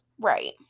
Right